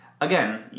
Again